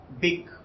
big